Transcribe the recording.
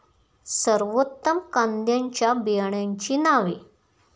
सर्वोत्तम कांद्यांच्या बियाण्यांची नावे?